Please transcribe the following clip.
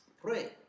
pray